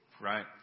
right